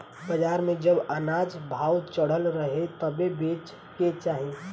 बाजार में जब अनाज भाव चढ़ल रहे तबे बेचे के चाही